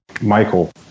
Michael